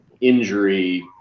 injury